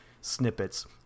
snippets